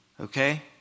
Okay